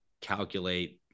calculate